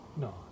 No